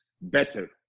better